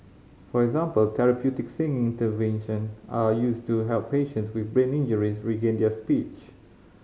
for example therapeutic singing interventions are used to help patients with brain injuries regain their speech